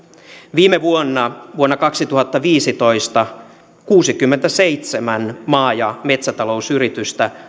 viime vuonna vuonna kaksituhattaviisitoista hakeutui konkurssiin kuusikymmentäseitsemän maa ja metsätalousyritystä